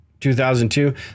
2002